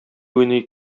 уйный